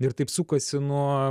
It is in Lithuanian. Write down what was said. ir taip sukasi nuo